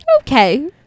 Okay